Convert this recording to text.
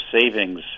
savings